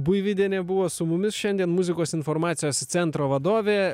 buivydienė buvo su mumis šiandien muzikos informacijos centro vadovė